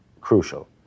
crucial